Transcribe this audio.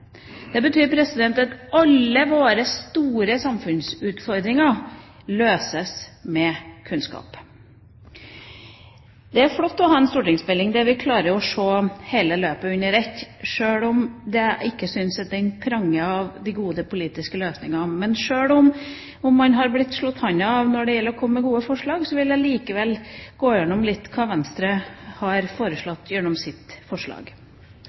Det betyr at alle våre store samfunnsutfordringer løses med kunnskap. Det er flott å ha en stortingsmelding der vi klarer å se hele løpet under ett, sjøl om jeg ikke syns at den pranger når det gjelder gode politiske løsninger. Men sjøl om man har blitt slått handa av når det gjelder å komme med gode forslag, vil jeg gå gjennom litt av hva Venstre har foreslått gjennom sitt forslag: